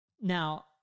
Now